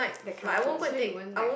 that kind of food so you won't like